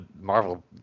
Marvel